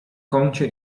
kącie